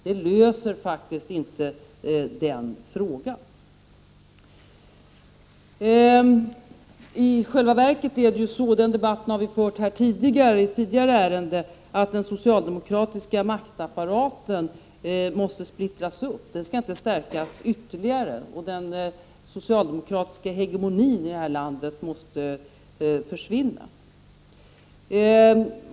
Det löser faktiskt inte det problemet! I själva verket är det ju så — och den debatten har vi fört i tidigare ärende — 119 att den socialdemokratiska maktapparaten måste splittras upp. Den skall inte stärkas ytterligare. Den socialdemokratiska hegemonin här i landet måste försvinna.